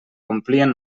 complien